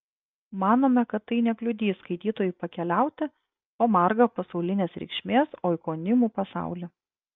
manome kad tai nekliudys skaitytojui pakeliauti po margą pasaulinės reikšmės oikonimų pasaulį